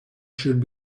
should